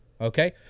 okay